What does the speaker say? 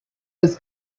was